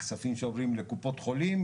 כספים שעוברים לקופות חולים,